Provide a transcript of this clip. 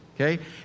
okay